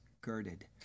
girded